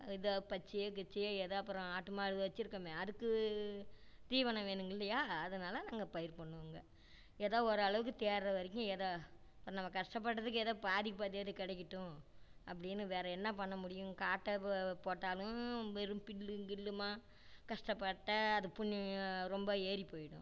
ஏதோ பச்சையோ கிச்சையோ ஏதோ அப்புறம் ஆட்டு மாடு வெச்சுருக்கமே அதுக்கு தீவனம் வேணுங்கில்லையா அதனால் நாங்கள் பயிர் பண்ணுவோங்க ஏதாே ஒரு அளவுக்கு தேர்கிற வரைக்கும் ஏதாே இப்போ நம்ம கஷ்டப்பட்டதுக்கு ஏதாே பாதிக்கு பாதியாவது கிடைக்கிட்டும் அப்படின்னு வேறு என்ன பண்ண முடியும் காட்டை போ போட்டாலும் வெறும் புல்லுங்கில்லுமா கஷ்டப்பட்ட அது புண்ணியம் ரொம்ப ஏறிப் போய்விடும்